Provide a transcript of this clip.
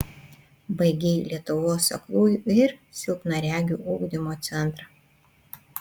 baigei lietuvos aklųjų ir silpnaregių ugdymo centrą